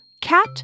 cat